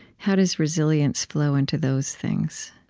how does resilience flow into those things